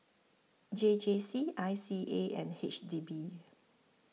J J C I C A and H D B